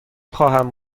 خواهم